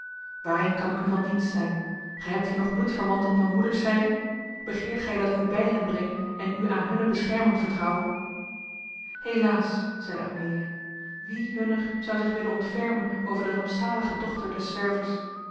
waarin kan ik u van dienst zijn gij hebt hier nog bloedverwanten van moeders zijde begeert gij dat ik u bij hen breng en u aan hunne bescherming vertrouwe helaas zeide amelia wie hunner zou zich willen ontfermen over de rampzalige dochter des zwervers